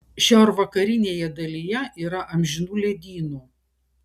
šiaurvakarinėje dalyje yra amžinų ledynų